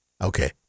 Okay